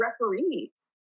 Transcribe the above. referees